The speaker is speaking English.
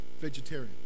vegetarian